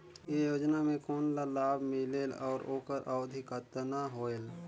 ये योजना मे कोन ला लाभ मिलेल और ओकर अवधी कतना होएल